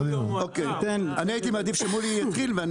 אני הייתי מעדיף שמולי יתחיל.